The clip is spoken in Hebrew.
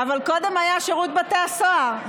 אבל קודם היה שירות בתי הסוהר.